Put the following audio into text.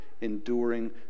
enduring